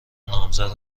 نامزد